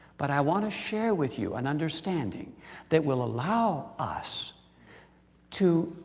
but i want to share with you an understanding that will allow us to